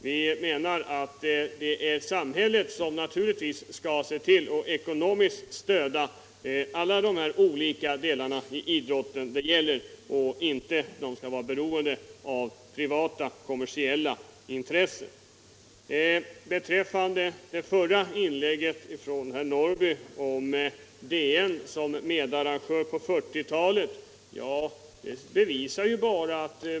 Vi menar att samhället skall ekonomiskt stödja alla de olika delarna av idrotten. De skall inte vara beroende av privata kommersiella intressen. I sitt förra inlägg talade herr Norrby om att DN var medarrangör i sexdagarsloppet redan på 1940-talet.